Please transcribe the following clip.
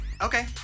okay